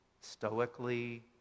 stoically